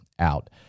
Out